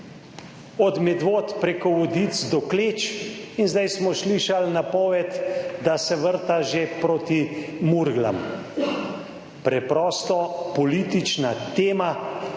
od Medvod preko Vodic do Kleč in zdaj smo slišali napoved, da se vrta že proti Murglam. Preprosto politična tema.